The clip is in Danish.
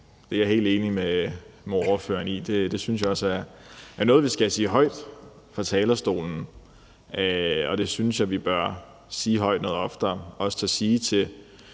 Det er jeg helt enig med ordføreren i. Det synes jeg også er noget, vi skal sige højt fra talerstolen, og jeg synes, at vi bør sige det højt noget oftere og også turde sige til